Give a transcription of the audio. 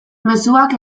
mezuak